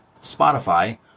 Spotify